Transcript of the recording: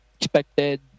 expected